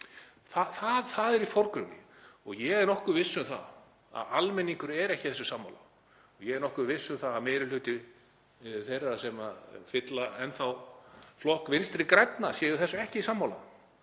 Það er í forgrunni. Ég er nokkuð viss um það að almenningur er ekki þessu sammála og ég er nokkuð viss um að meiri hluti þeirra sem fylla enn þá flokk Vinstri grænna sé þessu ekki sammála